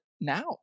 now